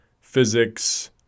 physics